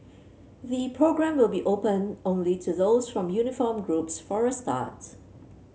the programme will be open only to those from uniformed groups for a start